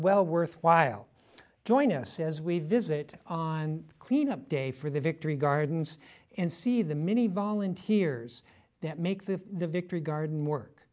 well worthwhile joining us as we visit on cleanup day for the victory gardens and see the many volunteers make the victory garden work